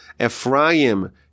Ephraim